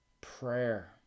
prayer